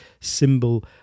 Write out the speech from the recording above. symbol